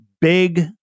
big